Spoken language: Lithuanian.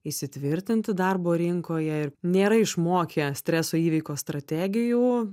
įsitvirtinti darbo rinkoje ir nėra išmokę streso įveikos strategijų